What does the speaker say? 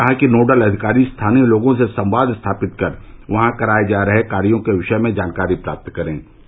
उन्होंने कहा कि नोडल अधिकारी स्थानीय लोगों से संवाद स्थापित कर वहां कराये जा रहे कार्यो के विशय में जानकारी प्राप्त करे